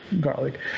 garlic